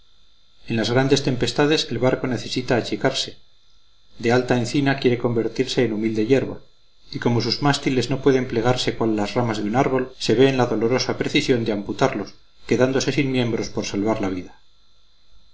en las grandes tempestades el barco necesita achicarse de alta encina quiere convertirse en humilde hierba y como sus mástiles no pueden plegarse cual las ramas de un árbol se ve en la dolorosa precisión de amputarlos quedándose sin miembros por salvar la vida